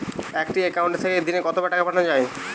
একটি একাউন্ট থেকে দিনে কতবার টাকা পাঠানো য়ায়?